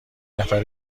نفر